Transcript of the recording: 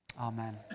Amen